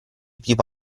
tipo